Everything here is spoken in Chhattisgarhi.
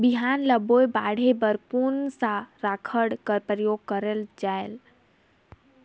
बिहान ल बोये बाढे बर कोन सा राखड कर प्रयोग करले जायेल?